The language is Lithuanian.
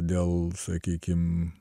dėl sakykim